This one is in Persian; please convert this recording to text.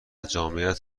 جامعیت